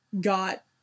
got